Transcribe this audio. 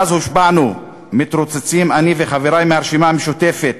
מאז הושבענו מתרוצצים אני וחברי מהרשימה המשותפת